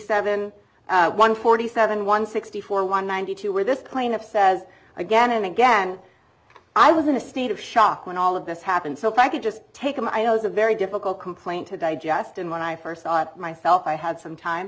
seven one forty seven one sixty four one ninety two where this plane of says again and again i was in a state of shock when all of this happened so if i could just take them i know is a very difficult complaint to digest and when i first saw it myself i had some time